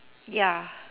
ya